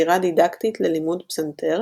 יצירה דידקטית ללימוד פסנתר